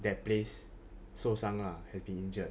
that place 受伤 lah has been injured